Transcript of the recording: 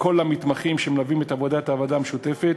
לכל המתמחים שמלווים את עבודת הוועדה המשותפת,